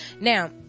now